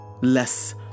less